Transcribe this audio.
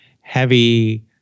heavy